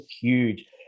huge